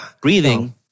breathing